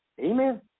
Amen